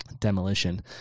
demolition